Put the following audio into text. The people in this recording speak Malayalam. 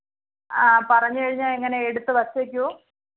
ആ പറഞ്ഞു കഴിഞ്ഞാൽ എങ്ങനാണ് എടുത്തു വച്ചേക്കോ